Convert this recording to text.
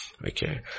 Okay